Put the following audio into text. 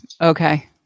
Okay